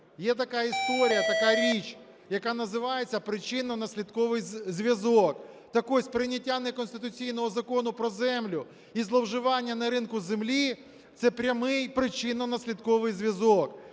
є така історія, така річ, яка називається причинно-наслідковий зв'язок. Так ось прийняття неконституційного Закону про землю і зловживання на ринку землі – це прямий причинно-наслідковий зв'язок